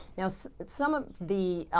now, so some of the